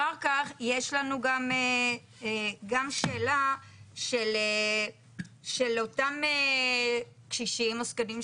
אחר כך גם יש לנו שאלה של אותם קשישים או זקנים,